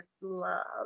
love